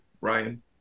Ryan